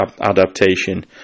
Adaptation